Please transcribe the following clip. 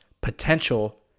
potential